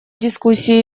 дискуссии